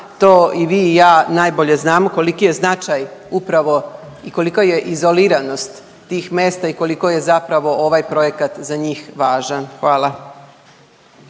to i vi i ja najbolje znamo koliki je značaj upravo i kolika je izoliranost tih mesta i koliko je zapravo ovaj projekat za njih važan. Hvala.